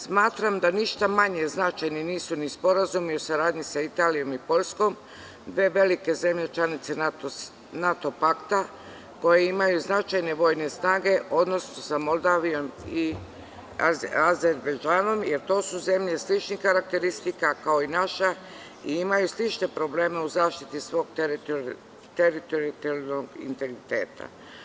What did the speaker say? Smatram da ništa manje značajni nisu ni sporazumi o saradnji sa Italijom i Poljskom, dve velike zemlje članice NATO pakta koje imaju značajne vojne snage u odnosu sa Moldavijom i Azerbejdžanom, jer to su zemlje sličnih karakteristika kao i naša i imaju slične probleme u zaštiti svog teritorijalnog integriteta.